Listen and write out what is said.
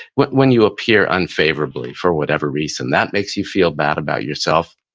when when you appear unfavorably for whatever reason, that makes you feel bad about yourself.